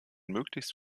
möglichst